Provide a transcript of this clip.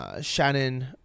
Shannon